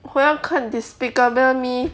我要看 despicable me